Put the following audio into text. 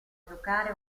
giocare